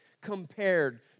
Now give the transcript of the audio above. compared